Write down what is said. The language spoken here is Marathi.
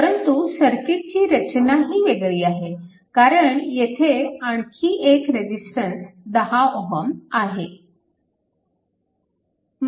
परंतु सर्किटची रचनाही वेगळी आहे कारण येथे आणखी एक रेजिस्टन्स 10 Ω आहे